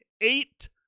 Eight